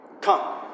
Come